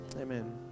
Amen